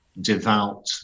devout